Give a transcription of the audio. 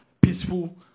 peaceful